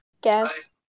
guess